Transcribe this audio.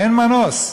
אין מנוס,